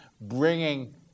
bringing